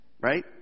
Right